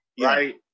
Right